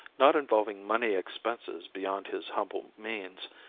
not involving money expenses beyond his humble means,